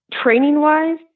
training-wise